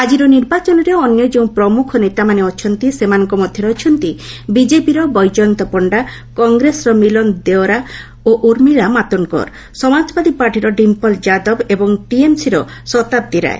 ଆଜିର ନିର୍ବାଚନରେ ଅନ୍ୟ ଯେଉଁ ପ୍ରମୁଖ ନେତାମାନେ ଅଛନ୍ତି ସେମାନଙ୍କ ମଧ୍ୟରେ ଅଛନ୍ତି ବିଜେପିର ବୈଜୟନ୍ତ ପଶ୍ଚା କଂଗ୍ରେସର ମିଲିନ୍ଦ୍ ଦେଓରା ଓ ଉର୍ମିଳା ମାତୋଶ୍ତକର ସମାଜବାଦୀ ପାର୍ଟିର ଡିମ୍ପଲ୍ ଯାଦବ ଏବଂ ଟିଏମ୍ସିର ଶତାବ୍ଦୀ ରାୟ